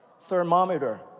Thermometer